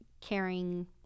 caring